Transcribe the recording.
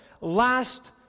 last